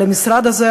על המשרד הזה,